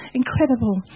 incredible